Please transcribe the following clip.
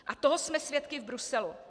A toho jsme svědky v Bruselu.